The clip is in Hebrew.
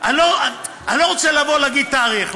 אני לא רוצה לבוא ולהגיד תאריך,